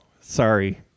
sorry